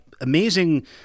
amazing